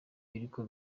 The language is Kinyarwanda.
biriko